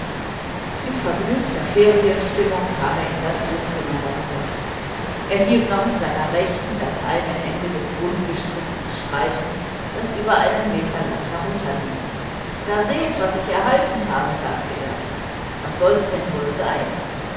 in vergnügter ferienstimmung kam er in das wohnzimmer herüber er hielt hoch in seiner rechten das eine ende eines buntgestickten streifens das über einen meter lang herunter hing da seht was ich erhalten habe sagte er was soll's denn wohl sein